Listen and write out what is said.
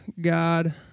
God